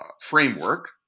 framework